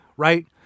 Right